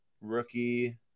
rookie